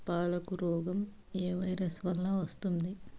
పాలకు రోగం ఏ వైరస్ వల్ల వస్తుంది?